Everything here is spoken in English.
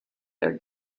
their